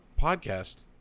podcast